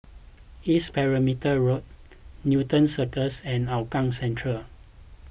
East Perimeter Road Newton Cirus and Hougang Central